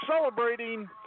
celebrating